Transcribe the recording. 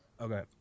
Okay